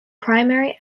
primary